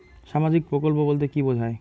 সামাজিক প্রকল্প বলতে কি বোঝায়?